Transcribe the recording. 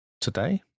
today